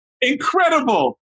Incredible